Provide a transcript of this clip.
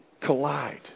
Collide